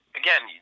again